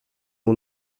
mon